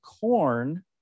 corn